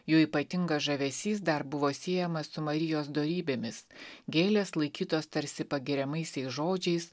jų ypatingas žavesys dar buvo siejamas su marijos dorybėmis gėlės laikytos tarsi pagiriamaisiais žodžiais